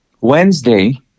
Wednesday